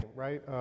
Right